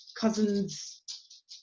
cousins